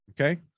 Okay